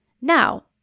Now